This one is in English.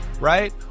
right